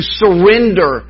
surrender